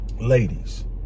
Ladies